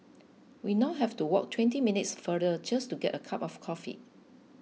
we now have to walk twenty minutes farther just to get a cup of coffee